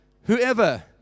whoever